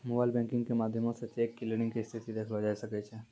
mobile banking के माध्यमो से चेक क्लियरिंग के स्थिति देखलो जाय सकै छै